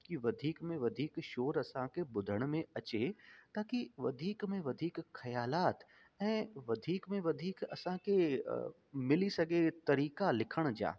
की वधीक में वधीक शोर असां खे ॿुधण में अचे ताकी वधीक में वधीक ख़्यालात ऐं वधीक में वधीक असांखे मिली सघे तरीक़ा लिखण जा